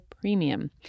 Premium